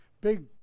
big